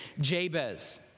Jabez